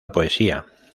poesía